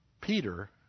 Peter